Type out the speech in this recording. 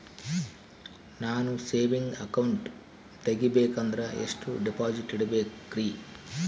ನಾನು saving account ತೆಗಿಬೇಕಂದರ ಎಷ್ಟು ಡಿಪಾಸಿಟ್ ಇಡಬೇಕ್ರಿ?